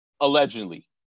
Allegedly